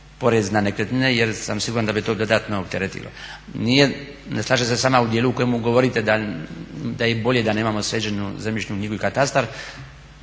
porez na nekretnine jer sam siguran da bi to dodatno opteretilo. Ne slažem se s vama u dijelu u kojemu govorite da je bolje da nemamo sređenu zemljišnu knjigu i katastar.